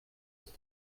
ist